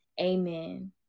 Amen